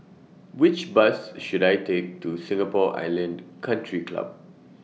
Which Bus should I Take to Singapore Island Country Club